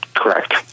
Correct